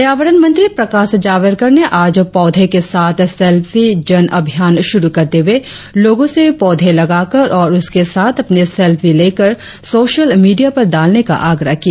पर्यावरण मंत्री प्रकाश जावड़ेकर ने आज पौधे के साथ सेल्फी जन अभियान शुरु करते हुए लोगों से पौधे लगाकार और उसके साथ अपनी सेल्फी लेकर सोशल मीडिया पर डालने का आग्रह किया